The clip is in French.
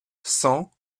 cent